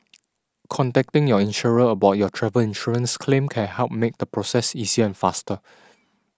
contacting your insurer about your travel insurance claim can help make the process easier and faster